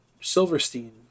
Silverstein